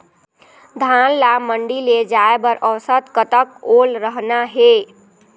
धान ला मंडी ले जाय बर औसत कतक ओल रहना हे?